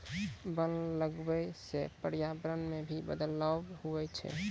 वन लगबै से पर्यावरण मे भी बदलाव हुवै छै